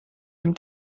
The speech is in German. dem